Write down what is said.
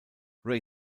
ray